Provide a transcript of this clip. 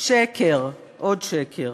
שקר, עוד שקר: